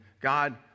God